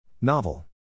Novel